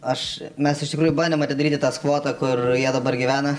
aš mes iš tikrųjų bandėm atidaryti tą skvotą kur jie dabar gyvena